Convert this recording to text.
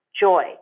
joy